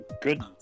Good